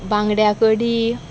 बांगड्या कडी